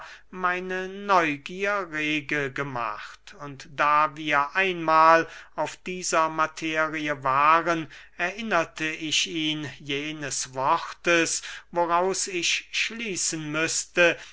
meine neugier rege gemacht und da wir einmahl auf dieser materie waren erinnerte ich ihn jenes wortes woraus ich schließen müßte